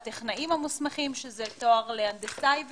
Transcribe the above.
יש את תואר ההנדסאים והטכנאים המוסמכים שזה תואר להנדסאי וטכנאי,